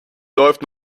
läuft